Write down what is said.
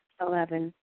Eleven